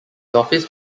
office